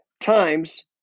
Times